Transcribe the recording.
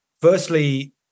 firstly